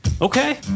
Okay